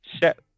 set